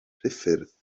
ruffydd